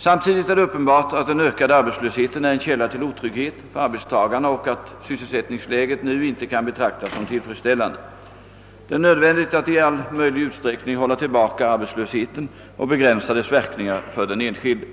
Samtidigt är det uppenbart att den ökade arbetslösheten är en källa till otrygghet för arbetstagarna och att sysselsättningsläget nu inte kan betraktas som tillfredsställande. Det är nödvändigt att i all möjlig utsträckning hålla tillbaka arbetslösheten och begränsa dess verkningar för den enskilde.